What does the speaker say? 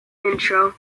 intro